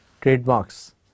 trademarks